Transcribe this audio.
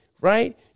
right